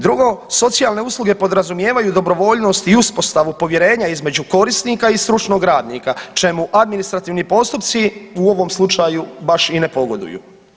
Drugo, socijalne usluge podrazumijevaju dobrovoljnost i uspostavu povjerenja između korisnika i stručnog radnika čemu administrativni postupci u ovom slučaju baš i ne pogoduju.